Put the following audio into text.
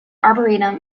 arboretum